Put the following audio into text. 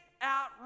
out